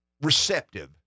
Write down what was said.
receptive